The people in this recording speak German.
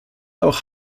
auch